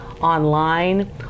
online